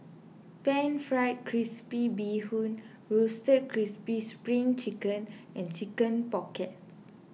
Pan Fried Crispy Bee Hoon Roasted Crispy Spring Chicken and Chicken Pocket